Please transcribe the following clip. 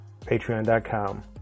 Patreon.com